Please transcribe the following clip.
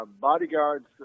bodyguards